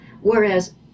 whereas